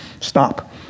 stop